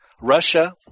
Russia